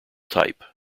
type